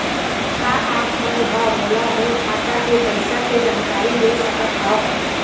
का आप मन ह मोला मोर खाता के पईसा के जानकारी दे सकथव?